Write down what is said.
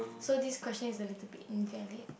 so this question is a little bit invalid